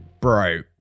Bro